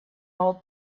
old